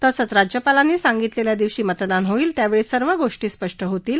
तसंच राज्यपालांनी सांगितलेल्या दिवशी मतदान होईल आणि त्यावेळी सर्व गोष्टी स्पष्ट होतील